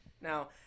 Now